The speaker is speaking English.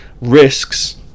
risks